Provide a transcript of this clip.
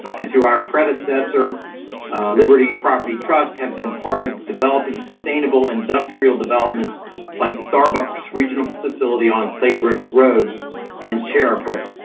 and through our predecessor liberty property trust have been part of developing sustainable industrial developments like the starbucks regional facility on clay brick road and sheriff road.